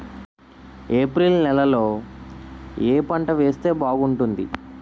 April నెలలో ఏ పంట వేస్తే బాగుంటుంది?